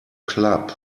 club